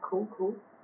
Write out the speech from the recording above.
cool cool